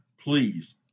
please